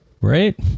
Right